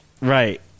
Right